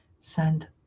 send